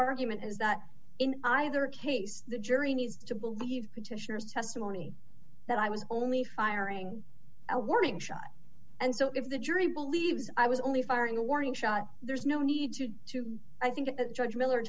argument is that in either case the jury needs to believe petitioners testimony that i was only firing a warning shot and so if the jury believes i was only firing a warning shot there's no need to to i think the judge miller